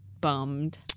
bummed